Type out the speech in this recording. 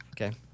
Okay